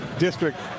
District